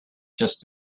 just